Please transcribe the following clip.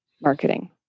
marketing